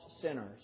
sinners